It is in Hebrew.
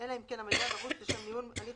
אלא אם כן המידע דרוש לשם ניהול הליך